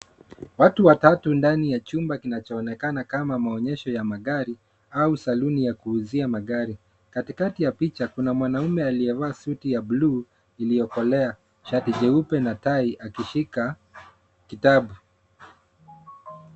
Watu watatu ndani ya chumba kinachoonekana kama maonyesho ya magari au saluni ya kuuzia magari. Katikati ya picha kuna mwanaume aliyevaa suti ya blue iliyokolea, shati jeupe na tai akishika kitabu